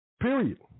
Period